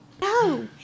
no